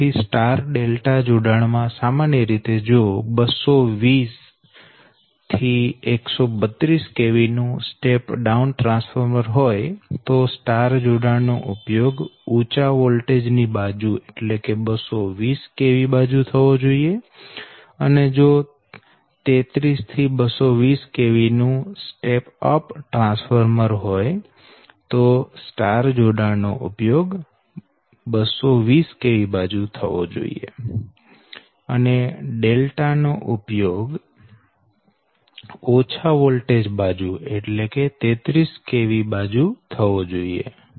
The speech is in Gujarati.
તેથી સ્ટાર ડેલ્ટા જોડાણ માં સામાન્ય રીતે જો 220132 kV સ્ટેપ ડાઉન ટ્રાન્સફોર્મર હોય તો સ્ટાર જોડાણ નો ઉપયોગ ઉંચા વોલ્ટેજ બાજુ એટલે કે 220 kV બાજુ થવો જોઈએ અને 33220 kV સ્ટેપ અપ ટ્રાન્સફોર્મર હોય તો સ્ટાર જોડાણ નો ઉપયોગ 220 kV બાજુ થવો જોઈએ અને ડેલ્ટા નો ઉપયોગ ઓછા વોલ્ટેજ બાજુ એટલે કે 33 kV બાજુ થવો જોઈએ